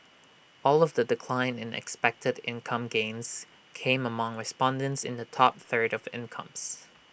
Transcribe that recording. all of the decline in expected income gains came among respondents in the top third of the incomes